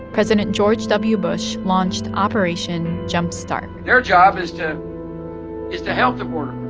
president george w. bush launched operation jump start their job is to is to help the border